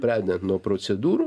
pradedant nuo procedūrų